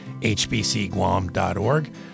hbcguam.org